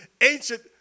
ancient